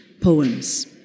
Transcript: poems